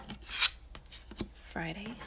Friday